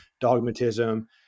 Dogmatism